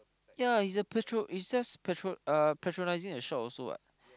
yea he's a he's just patro~ uh patronising the shop also what